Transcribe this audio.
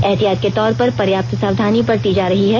एहतियात के तौर पर पर्याप्त सावधानी बरती जा रही है